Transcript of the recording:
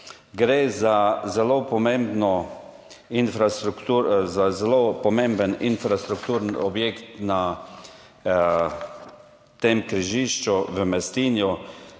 Gre za zelo pomemben infrastrukturni objekt na tem križišču v Mestinju,